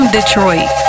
Detroit